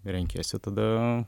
renkiesi tada